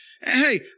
Hey